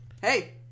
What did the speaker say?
hey